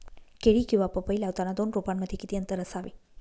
केळी किंवा पपई लावताना दोन रोपांमध्ये किती अंतर असावे?